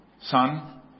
son